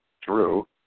drew